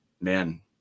man